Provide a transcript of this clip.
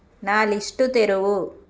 నా లిస్టు తెరువు